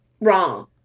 wrong